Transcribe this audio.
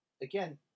again